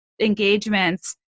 engagements